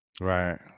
Right